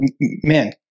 Man